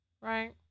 right